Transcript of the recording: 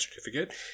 certificate